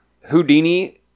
houdini